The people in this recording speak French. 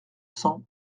cents